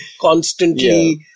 constantly